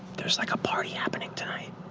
there's like a party happening tonight.